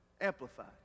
amplified